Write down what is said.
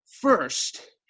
first